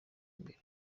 imbere